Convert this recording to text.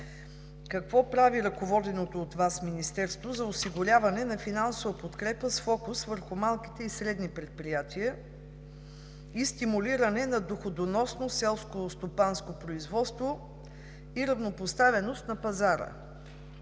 какво прави ръководеното от Вас Министерство за осигуряване на финансова подкрепа с фокус върху малките и средните предприятия и стимулиране на доходоносно селскостопанско производство и равнопоставеност на пазара?